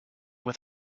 with